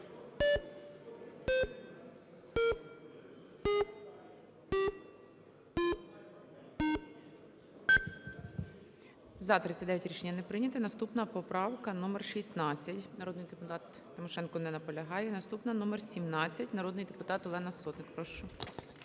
За-39 Рішення не прийнято. Наступна - поправка номер 16. Народний депутат Тимошенко не наполягає. Наступна – номер 17. Народний депутат Олена Сотник, прошу.